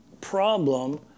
problem